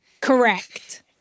correct